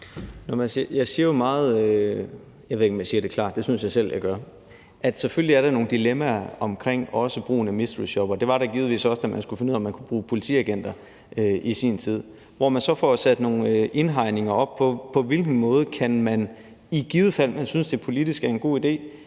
Jeg siger jo meget – jeg ved ikke, om jeg siger det klart, det synes jeg selv jeg gør – at der selvfølgelig er nogle dilemmaer omkring også brugen af mysteryshoppere. Det var der givetvis også, da man i sin tid skulle finde ud af, om man kunne bruge politiagenter. Man så får sat nogle indhegninger op for, på hvilken måde man i givet fald, når man synes, det politisk er en god idé,